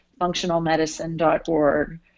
functionalmedicine.org